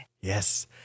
Yes